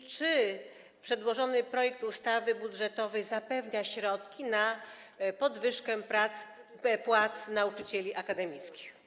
I czy przedłożony projekt ustawy budżetowej zapewnia środki na podwyżkę płac nauczycieli akademickich?